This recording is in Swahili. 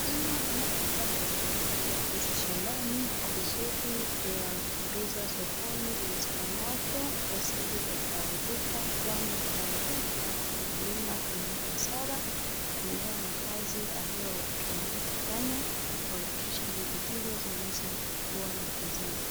Mkulima anapotoa mazao mengi ya ndizi shambani, ni vizuri kuyakimbiza sokoni iwezekanavyo, yasije yakaharibika, kwani ikiharibika, mkulima anaenda hasara kulingana na kazi aliyofanya kuhakikisha ndizi hizo zimeweza kukua na kuzaa.